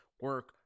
Work